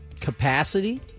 capacity